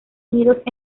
nidos